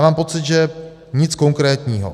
Mám pocit, že nic konkrétního.